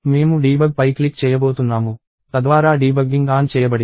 మేము డీబగ్పై క్లిక్ చేయబోతున్నాము తద్వారా డీబగ్గింగ్ ఆన్ చేయబడింది